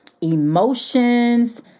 emotions